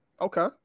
Okay